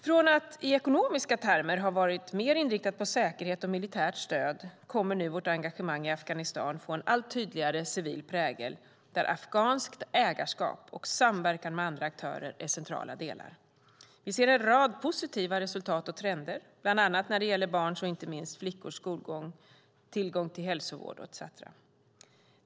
Från att i ekonomiska termer ha varit mer inriktat på säkerhet och militärt stöd, kommer nu vårt engagemang i Afghanistan att få en allt tydligare civil prägel där afghanskt ägarskap och samverkan med andra aktörer är centrala delar. Vi ser en rad positiva resultat och trender, bland annat när det gäller barns, inte minst flickors, skolgång, tillgång till hälsovård etcetera.